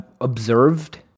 observed